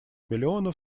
миллионов